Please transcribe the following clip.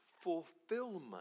fulfillment